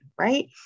right